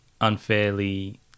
unfairly